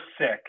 sick